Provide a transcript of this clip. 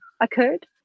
occurred